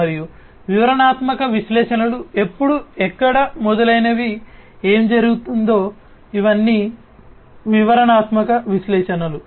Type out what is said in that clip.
మరియు వివరణాత్మక విశ్లేషణలు ఎప్పుడు ఎక్కడ మొదలైనవి ఏమి జరిగిందో ఇవన్నీ వివరణాత్మక విశ్లేషణలు